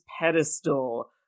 pedestal